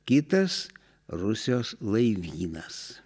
kitas rusijos laivynas